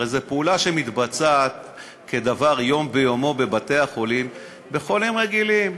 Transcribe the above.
הרי זו פעולה שמתבצעת כדבר יומיומי בבתי-החולים בחולים רגילים,